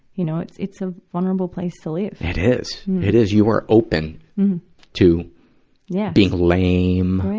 you know. it's it's a vulnerable place to live. it is. it is. you are open to yeah being lame,